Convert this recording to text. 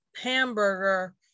hamburger